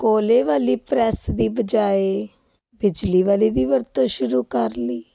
ਕੋਲੇ ਵਾਲੀ ਪ੍ਰੈਸ ਦੀ ਬਜਾਏ ਬਿਜਲੀ ਵਾਲੀ ਦੀ ਵਰਤੋਂ ਸ਼ੁਰੂ ਕਰ ਲਈ